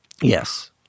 Yes